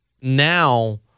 now